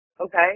Okay